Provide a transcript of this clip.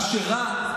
מה שרע,